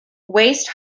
waist